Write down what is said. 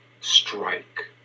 strike